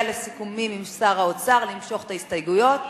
לסיכומים עם שר האוצר למשוך את ההסתייגויות,